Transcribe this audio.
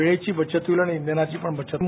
वेळेचीही बचत होईल आणि इंयनाची पण बचत होईल